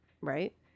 right